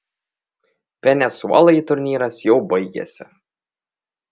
venesuelai turnyras jau baigėsi